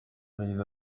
yagize